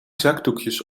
zakdoekjes